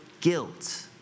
guilt